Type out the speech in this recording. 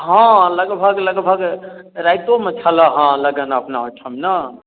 हाॅं लगभग लगभग राइतो मे छलए हँ लगन अपना ओहिठाम ने